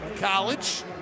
College